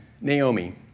Naomi